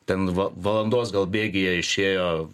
ten va valandos bėgyje išėjo